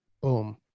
Boom